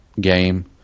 game